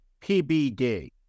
PBD